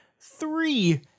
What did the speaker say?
three